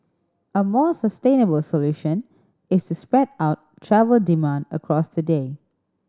a more sustainable solution is to spread out travel demand across the day